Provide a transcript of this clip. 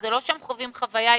זה לא שהם חווים חוויה ייחודית.